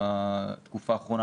בתקופה האחרונה,